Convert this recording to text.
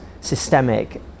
systemic